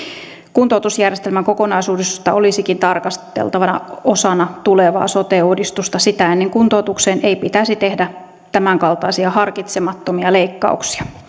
kuntoutusjärjestelmän kokonaisuutta olisikin tarkasteltava osana tulevaa sote uudistusta sitä ennen kuntoutukseen ei pitäisi tehdä tämänkaltaisia harkitsemattomia leikkauksia